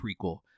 prequel